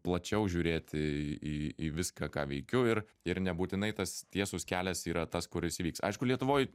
plačiau žiūrėti į į viską ką veikiu ir ir nebūtinai tas tiesus kelias yra tas kuris vyks aišku lietuvoj